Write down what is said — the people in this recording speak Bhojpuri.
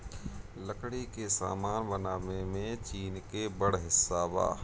लकड़ी के सामान बनावे में चीन के बड़ हिस्सा बा